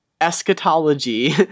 eschatology